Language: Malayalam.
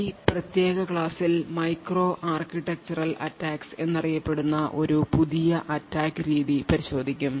ഈ പ്രത്യേക ക്ലാസിൽ മൈക്രോ ആർക്കിടെക്ചറൽ attacks എന്നറിയപ്പെടുന്ന ഒരു പുതിയ attack രീതി പരിശോധിക്കും